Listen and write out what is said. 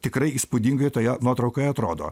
tikrai įspūdingai toje nuotraukoje atrodo